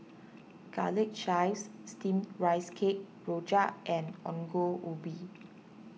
Garlic Chives Steamed Rice Cake Rojak and Ongol Ubi